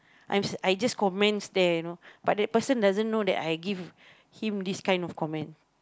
I'm I just comments there you know but that person doesn't know that I give him this kind of comment